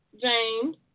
James